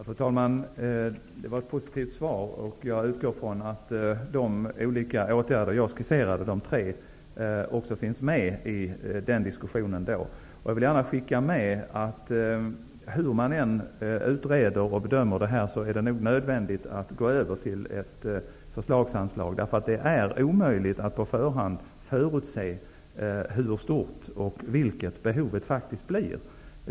Fru talman! Det var ett positivt svar. Jag utgår från att de tre olika åtgärder jag skisserade också finns med i den diskussionen. Jag vill gärna skicka med en annan sak. Hur man än utreder och bedömer detta är det nog nödvändigt att gå över till ett förslagsanslag. Det är omöjligt att på förhand förutse hur stort och vilket behovet faktiskt blir.